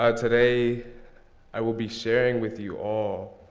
ah today i will be sharing with you all